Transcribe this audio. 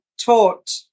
taught